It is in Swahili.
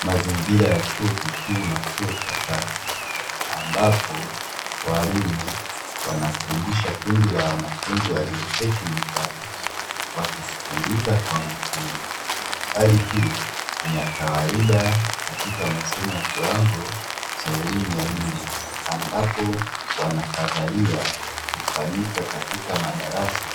Mazingira ya chuo kikuu na chuo cha kati ambapo walimu wanafundisha kundi la wanafunzi waliketi mezani wakisikiliza kwa makini. Hali hii ni ya kawaida katika masomo ya kiwango cha elimu ya juu ambapo wanafadhalia hufanyika katika madarasa